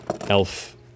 elf